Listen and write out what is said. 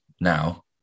now